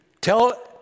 tell